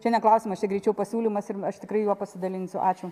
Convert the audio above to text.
čia ne klausimas čia greičiau pasiūlymas ir aš tikrai juo pasidalinsiu ačiū